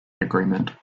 agreement